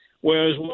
Whereas